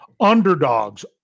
Underdogs